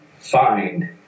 find